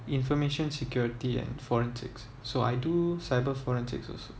information security and forensics so I do cyber forensics also